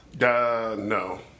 No